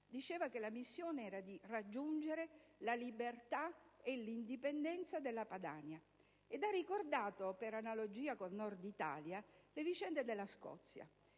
ribadito che tale missione era di raggiungere la libertà e l'indipendenza della Padania. Egli ha ricordato, per analogia con il Nord Italia, le vicende della Scozia,